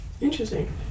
Interesting